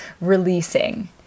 releasing